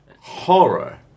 horror